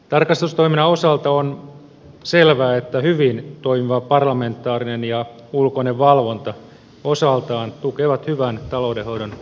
tarkastustoiminnan osalta on selvää että hyvin toimiva parlamentaarinen ja ulkoinen valvonta osaltaan tukevat hyvän taloudenhoidon kulttuuria